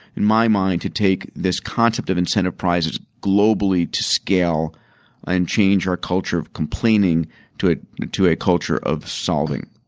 in my mind, to take this concept of incentive prizes globally to scale and change our culture of complaining to ah to a culture of solving.